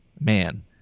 man